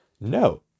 No